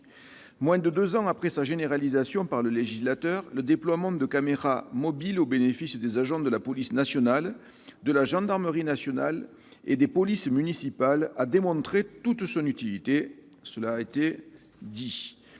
Moins de deux ans après sa généralisation par le législateur, le déploiement de caméras mobiles au bénéfice des agents de la police nationale, de la gendarmerie nationale et des polices municipales a démontré toute son utilité, cela a été